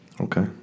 Okay